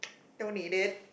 don't need it